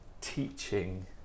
teaching